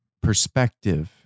perspective